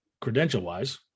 credential-wise